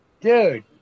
dude